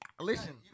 listen